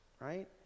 right